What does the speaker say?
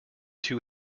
too